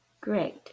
Great